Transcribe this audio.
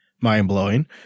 mind-blowing